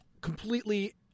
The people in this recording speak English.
completely